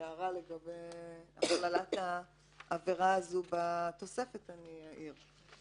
הערה לגבי הכללת העבירה הזאת בתוספת אני אעיר.